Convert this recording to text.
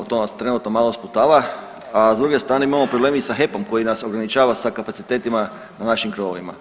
To nas trenutno malo sputava, a s druge strane imamo problem i sa HEP-om koji nas ograničava sa kapacitetima na našim krovovima.